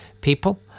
people